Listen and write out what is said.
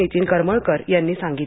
नीतीन करमळकर यांनी सांगितलं